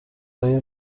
لای